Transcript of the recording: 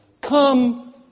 Come